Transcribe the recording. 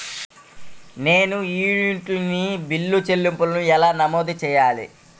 నేను utility bill చెల్లింపులను ఎలా నమోదు చేయాలి?